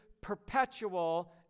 perpetual